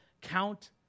count